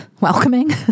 welcoming